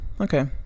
Okay